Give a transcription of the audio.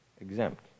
exempt